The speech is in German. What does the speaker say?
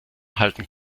halten